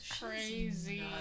Crazy